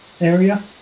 area